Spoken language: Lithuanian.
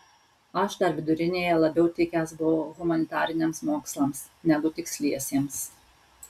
aš dar vidurinėje labiau tikęs buvau humanitariniams mokslams negu tiksliesiems